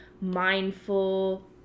mindful